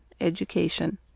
Education